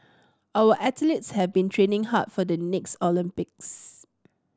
our athletes have been training hard for the next Olympics